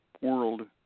world